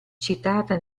citata